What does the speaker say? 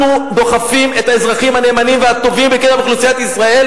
אנחנו דוחפים את האזרחים הנאמנים והטובים מקרב אוכלוסיית ישראל